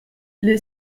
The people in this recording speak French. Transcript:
les